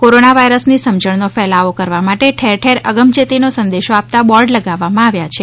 corona virus ની સમજણ નો ફેલાવો કરવા માટે ઠેર ઠેર અગમચેતી નો સંદેશો આપતા બોર્ડ લગાવવા માં આવ્યા છે